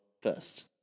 first